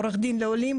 עורך דין לעולים.